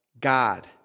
God